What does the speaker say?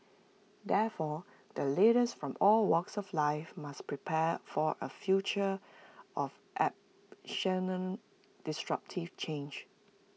therefore the leaders from all walks of life must prepare for A future of disruptive change